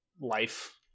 life